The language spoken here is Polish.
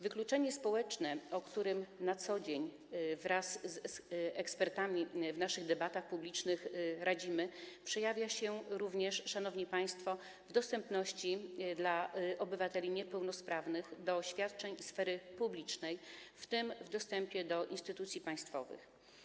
Wykluczenie społeczne, o którym radzimy na co dzień wraz z ekspertami w naszych debatach publicznych, przejawia się również, szanowni państwo, w dostępności dla obywateli niepełnosprawnych świadczeń sfery publicznej, w tym w dostępie do instytucji państwowych.